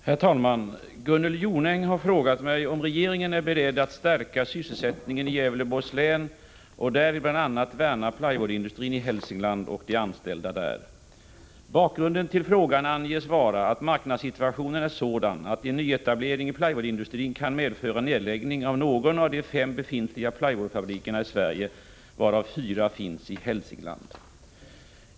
Herr talman! Gunnel Jonäng har frågat mig om regeringen är beredd att stärka sysselsättningen i Gävleborgs län och därvid bl.a. värna plywoodindustrin i Hälsingland och de anställda där. Bakgrunden till frågan anges vara att marknadssituationen är sådan att en nyetablering i plywoodindustrin kan medföra nedläggning av någon av de fem befintliga plywoodfabrikerna i Sverige, varav fyra finns i Hälsingland.